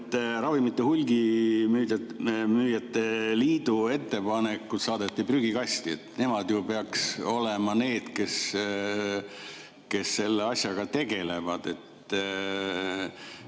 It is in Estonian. ravimihulgimüüjate liidu ettepanekud saadeti prügikasti. Nemad ju peaks olema need, kes selle asjaga tegelevad.